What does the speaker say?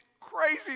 crazy